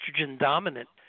estrogen-dominant